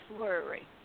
worry